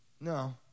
No